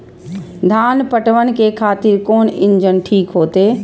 धान पटवन के खातिर कोन इंजन ठीक होते?